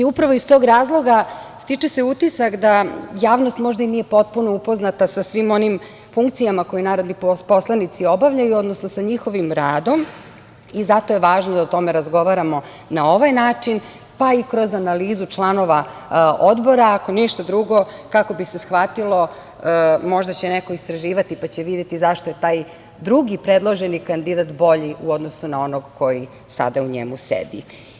Upravo iz tog razloga, stiče se utisak da javnost možda i nije potpuno upoznata sa svim onim funkcijama koje narodni poslanici obavljaju, odnosno sa njihovim radom i zato je važno da o tome razgovaramo na ovaj način, pa i kroz analizu članova odbora, ako ništa drugo, kako bi se shvatilo, možda će neko istraživati pa će videti zašto je taj drugi predloženi kandidat bolji u odnosu na onog koji sada u njemu sedi.